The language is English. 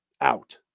out